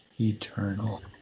eternal